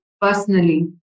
personally